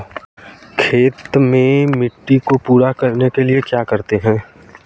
खेत में मिट्टी को पूरा करने के लिए क्या करते हैं?